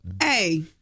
Hey